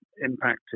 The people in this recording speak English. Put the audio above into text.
impacted